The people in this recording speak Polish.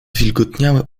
zwilgotniałe